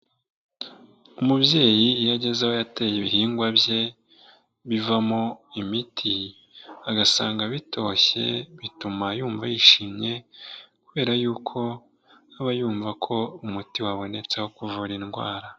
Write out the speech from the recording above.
Umubyeyi iyo ageze aho yateye ibihingwa bye bivamo imiti agasanga bitoshye bituma yumva yishimye, kubera yuko aba yumva ko umuti wabonetse wo kuvura indwara.